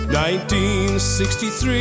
1963